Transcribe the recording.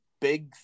big